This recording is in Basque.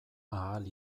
ahal